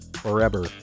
forever